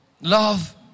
love